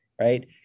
right